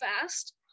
fast